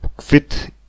fit